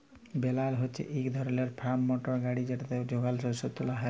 বেলার হছে ইক ধরলের ফার্ম মটর গাড়ি যেটতে যগাল শস্যকে তুলা হ্যয়